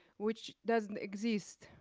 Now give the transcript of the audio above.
which doesn't exist.